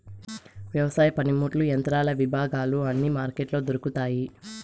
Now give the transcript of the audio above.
వ్యవసాయ పనిముట్లు యంత్రాల విభాగాలు అన్ని మార్కెట్లో దొరుకుతాయి